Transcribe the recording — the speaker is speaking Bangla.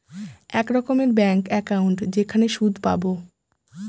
এক রকমের ব্যাঙ্ক একাউন্ট যেখানে সুদ পাবো